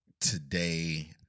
today